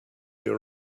your